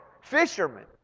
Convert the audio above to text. Fishermen